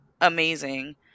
amazing